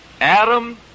Adam